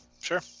Sure